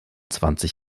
zwanzig